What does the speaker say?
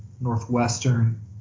Northwestern